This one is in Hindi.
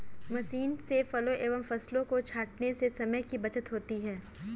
मशीन से फलों एवं फसलों को छाँटने से समय की बचत होती है